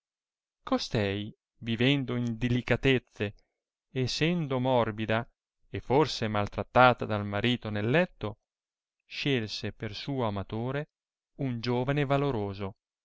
costei vivendo in dilicatezze e sendo morbida e forse mal trattata dal marito nel letto scielse per suo amatore un giovane valoroso